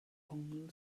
ongl